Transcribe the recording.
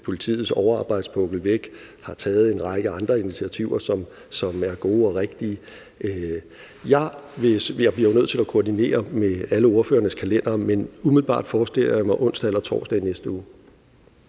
politiets overarbejdspukkel væk, og vi har taget en række andre initiativer, som er gode og rigtige. Jeg bliver jo nødt til at koordinere det med alle ordførernes kalendere, men umiddelbart forestiller jeg mig onsdag eller torsdag i næste uge.